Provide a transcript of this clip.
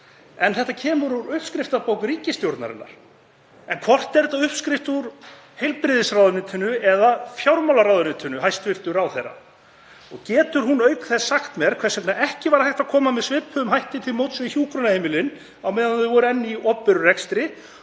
En þetta kemur úr uppskriftabók ríkisstjórnarinnar. En hvort er þetta uppskrift úr heilbrigðisráðuneytinu eða fjármálaráðuneytinu, hæstv. ráðherra? Getur hún auk þess sagt mér hvers vegna ekki var hægt að koma með svipuðum hætti til móts við hjúkrunarheimilin á meðan þau voru enn í opinberum